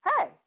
Hey